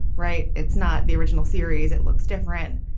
right. it's not the original series. it looks different.